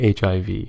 HIV